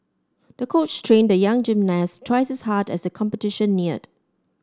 the coach trained the young gymnast twice as hard as the competition neared